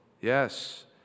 Yes